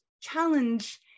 challenge